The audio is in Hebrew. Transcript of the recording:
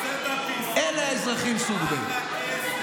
אלה אזרחים סוג ב'.